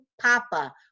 Papa